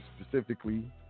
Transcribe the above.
specifically